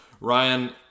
Ryan